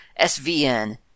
SVN